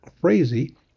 Crazy